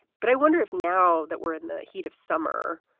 but i wonder if now that we're in the heat of summer,